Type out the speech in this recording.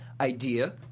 idea